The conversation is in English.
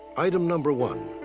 item number one,